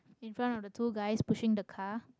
in front of the two guys pushing the car